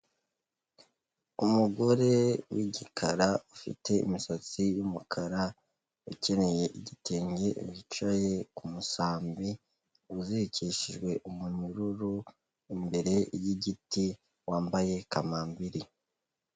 Umugore w'igikara, ufite imisatsi y'umukara, ukenyeye igitenge, wicaye ku musambi, uzirikishijwe umunyururu imbere y'igiti, wambaye kamambiri.